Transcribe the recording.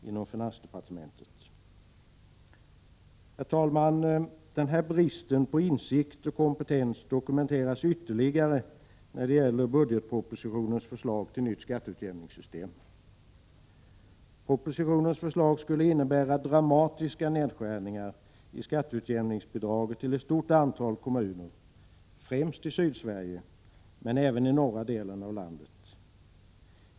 Herr talman! Denna brist på insikt och kompetens dokumenteras ytterligare i budgetpropositionens förslag till nytt skatteutjämningssystem. Propositionens förslag skulle innebära dramatiska nedskärningar i skatteutjämningsbidraget till ett stort antal kommuner, främst i Sydsverige men även i norra delen av landet.